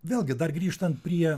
vėlgi dar grįžtant prie